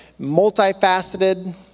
multifaceted